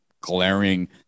glaring